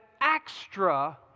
extra